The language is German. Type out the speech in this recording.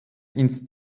ins